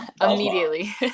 immediately